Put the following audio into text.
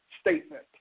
statement